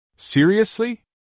Seriously